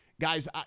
guys